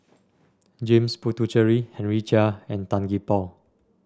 James Puthucheary Henry Chia and Tan Gee Paw